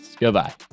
Goodbye